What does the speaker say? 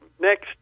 next